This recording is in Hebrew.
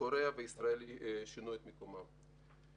רק קוריאה וישראל שינו את מקומן.